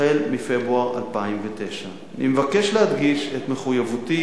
מפברואר 2009. אני מבקש להדגיש את מחויבותי